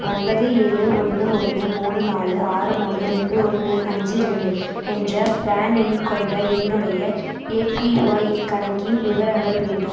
ஒன்பது ஏழு ஒன்று ஒன்று மூணு நாலு ஆறு மூணு ரெண்டு ஒன்று அஞ்சு ரெண்டு என்ற ப்ரான் எண் கொண்ட என்னுடைய ஏபிஒய் கணக்கின் விவரங்கள் வேண்டும்